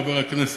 חבר הכנסת,